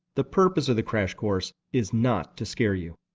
the purpose of the crash course is not to scare you.